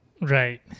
Right